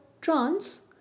trans